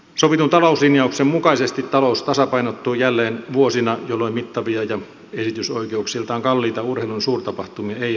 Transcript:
sovitun talouslinjauksen mukaisesti talous tasapainottuu jälleen vuosina jolloin mittavia ja esitysoikeuksiltaan kalliita urheilun suurtapahtumia ei ole ohjelmistossa